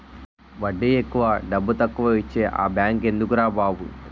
వడ్డీ ఎక్కువ డబ్బుతక్కువా ఇచ్చే ఆ బేంకెందుకురా బాబు